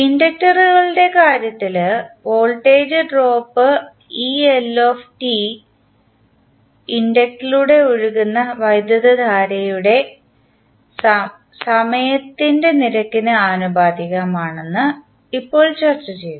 ഇൻഡക്റ്ററുകളുടെ കാര്യത്തിൽ voltage drop ഇൻഡക്റ്ററിലൂടെ ഒഴുകുന്ന വൈദ്യുതധാരയുടെ സമയത്തിൻറെ നിരക്കിന് ആനുപാതികമാണെന്ന് ഇപ്പോൾ ചർച്ചചെയ്തു